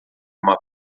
uma